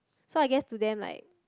so I guess to them like